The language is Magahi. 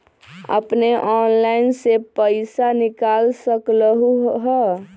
अपने ऑनलाइन से पईसा निकाल सकलहु ह?